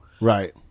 right